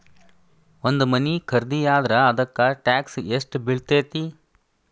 ಒಂದ್ ಮನಿ ಖರಿದಿಯಾದ್ರ ಅದಕ್ಕ ಟ್ಯಾಕ್ಸ್ ಯೆಷ್ಟ್ ಬಿಳ್ತೆತಿ?